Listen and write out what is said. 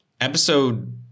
Episode